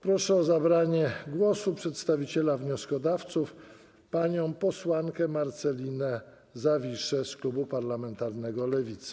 Proszę o zabranie głosu przedstawiciela wnioskodawców panią posłankę Marcelinę Zawiszę z klubu parlamentarnego Lewicy.